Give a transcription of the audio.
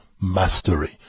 mastery